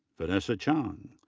vanessa chang.